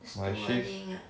stewarding ah